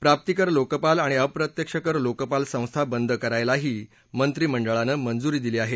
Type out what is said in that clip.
प्राप्तिकर लोकपाल आणि अप्रत्यक्ष कर लोकपाल संस्था बंद करायलाही मंत्रिमंडळानं मंजुरी दिली आहे